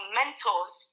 mentors